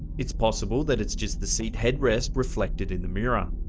it's possible that it's just the seat headrest reflected in the mirror.